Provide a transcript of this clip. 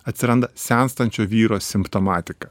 atsiranda senstančio vyro simptomatika